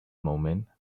moment